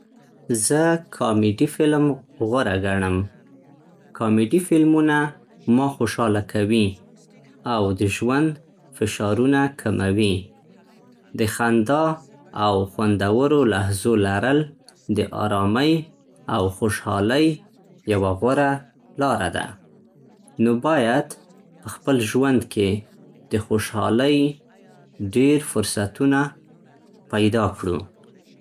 زه کامیډي فلم غوره ګڼم. کامیډي فلمونه ما خوشاله کوي او د ژوند فشارونه کموي. د خندا او خوندورو لحظو لرل د ارامۍ او خوشحالۍ یوه غوره لاره ده. نو بايد په خپل ژوند کې د خوشحالۍ ډېر فرصوتونه پيدا کړو.